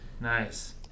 Nice